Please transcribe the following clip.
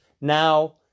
Now